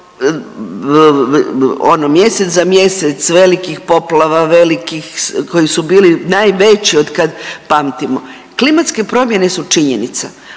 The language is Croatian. ono mjesec za mjesec velikih poplava, velikih koji su bili najveći od kad pamtimo. Klimatske promjene su činjenice.